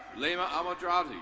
lehma amodrabe.